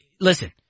listen